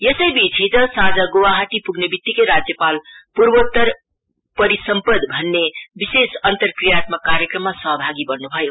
यसैबीच हिज साँझ गुवाहाटी पुग्नेवित्तिकै राज्यपाल प्रर्वोत्तर परिसम्बद भन्ने विशेष अन्तरक्रियात्मक कार्यक्रममा सहभागी बन्नु भयो